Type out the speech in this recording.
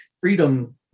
freedom